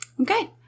Okay